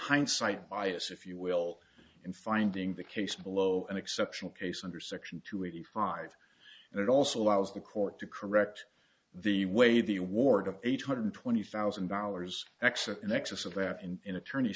hindsight bias if you will in finding the case below an exceptional case under section two eighty five and it also allows the court to correct the way the award of eight hundred twenty thousand dollars extra in excess of that in in attorney